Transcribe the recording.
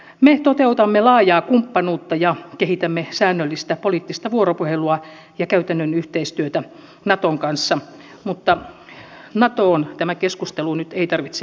me toteutamme laajaa kumppanuutta ja kehitämme säännöllistä poliittista vuoropuhelua ja käytännön yhteistyötä naton kanssa mutta natoon tämän keskustelun nyt ei tarvitse juuttua